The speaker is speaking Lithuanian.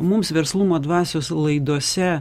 mums verslumo dvasios laidose